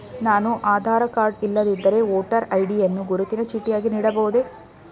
ನಾನು ಆಧಾರ ಕಾರ್ಡ್ ಇಲ್ಲದಿದ್ದರೆ voter ID ಯನ್ನು ಗುರುತಿನ ಚೀಟಿಯಾಗಿ ನೀಡಬಹುದೇ?